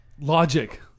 Logic